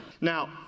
Now